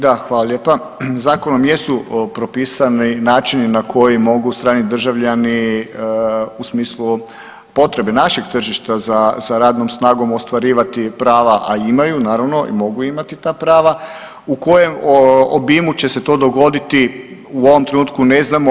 Da, hvala lijepa, zakonom jesu propisani načini na koji mogu strani državljani u smislu potrebe našeg tržišta za radnom snagom ostvarivati prava, a imaju naravno i mogu imati ta prava, u kojem obimu će se to dogoditi u ovom trenutku ne znamo.